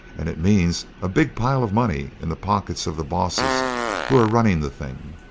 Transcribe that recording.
and it means a big pile of money in the pockets of the bosses who are running the thing.